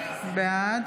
בעד